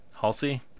halsey